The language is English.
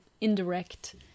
indirect